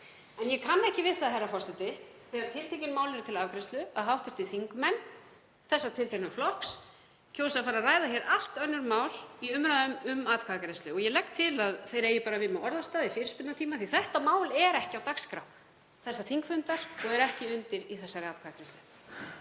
Ég kann ekki við það, herra forseti, þegar tiltekin mál eru til afgreiðslu að hv. þingmenn þessa tiltekna flokks kjósi að fara að ræða allt önnur mál í umræðum um atkvæðagreiðslu. Ég legg til að þeir eigi bara við mig orðastað í fyrirspurnatíma því að þetta mál er ekki á dagskrá þessa þingfundar og er ekki undir í þessari atkvæðagreiðslu.